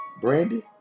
Brandy